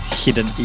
hidden